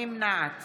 נמנעת